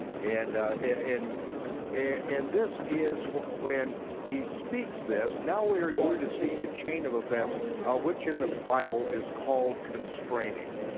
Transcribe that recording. and this and this is when he speaks this, now we are going to see a chain of events which in the bible is called constraining.